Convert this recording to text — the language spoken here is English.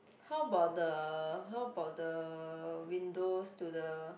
how about the how about the windows to the